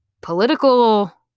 political